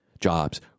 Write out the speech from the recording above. jobs